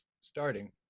starting